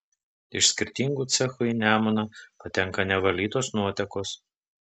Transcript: iš skirtingų cechų į nemuną patenka nevalytos nuotekos